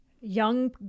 young